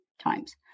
times